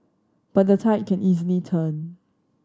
but the tide can easily turn